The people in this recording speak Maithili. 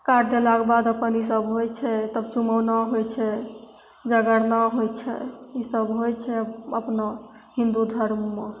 कार्ड देलाके बाद अपन ईसब होइ छै तब चुमौना होइ छै जगरना होइ छै ईसब होइ छै अपना हिन्दू धर्ममे